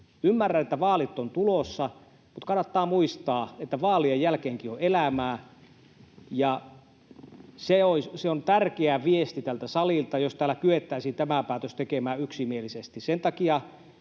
Ymmärrän, että vaalit ovat tulossa, mutta kannattaa muistaa, että vaalien jälkeenkin on elämää, ja se on tärkeä viesti tältä salilta, jos täällä kyettäisiin tämä päätös tekemään yksimielisesti.